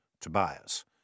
Tobias